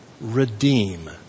redeem